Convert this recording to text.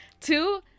Two